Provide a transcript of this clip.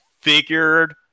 figured